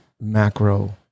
macro